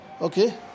okay